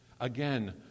Again